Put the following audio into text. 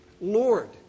Lord